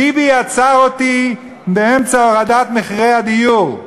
ביבי עצר אותי באמצע הורדת מחירי הדיור,